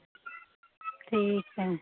ठीक है